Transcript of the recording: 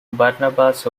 barnabas